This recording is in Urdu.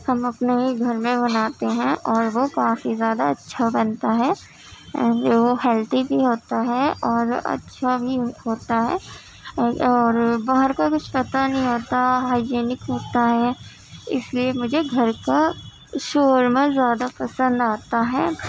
ہم اپنے ہی گھر میں بناتے ہیں اور وہ کافی زیادہ اچھا بنتا ہے جو ہیلدی بھی ہوتا ہے اور اچھا بھی ہوتا ہے اور باہر کا کچھ پتا نہیں ہوتا ہائجینک ہوتا ہے اس لیے مجھے گھر کا شورمہ زیادہ پسند آتا ہے